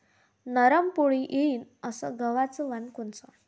नरम पोळी येईन अस गवाचं वान कोनचं?